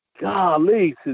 golly